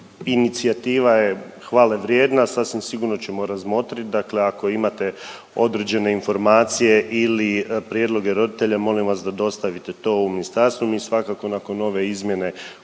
inicijativa je hvale vrijedna, sasvim sigurno ćemo je razmotrit, dakle ako imate određene informacije ili prijedloge roditelja molim vas da dostavite to u ministarstvo. Mi svakako nakon ove izmjene koju